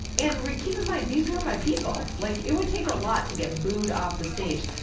and keep in mind these were my people, like it would take a lot to get booed off the stage,